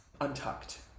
Untucked